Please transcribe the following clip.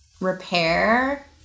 repair